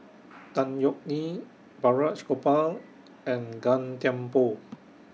Tan Yeok Nee Balraj Gopal and Gan Thiam Poh